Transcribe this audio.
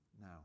Now